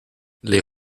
les